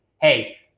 hey